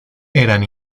eran